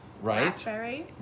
Right